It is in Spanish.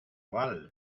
valls